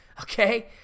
okay